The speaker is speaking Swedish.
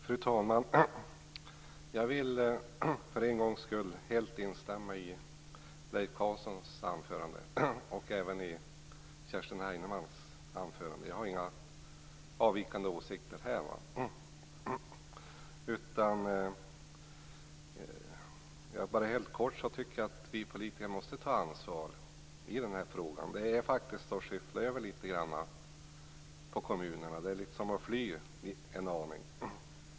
Fru talman! Jag vill för en gångs skull helt instämma i Leif Carlsons anförande och även i Kerstin Heinemanns anförande. Jag har inga avvikande åsikter. Jag vill bara helt kort säga att jag tycker att vi politiker måste ta ansvar i den här frågan. Det är faktiskt fråga om att skyffla över litet grand på kommunerna eller att fly en aning.